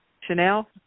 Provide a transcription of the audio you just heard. Chanel